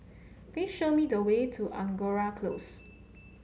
please show me the way to Angora Close